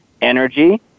energy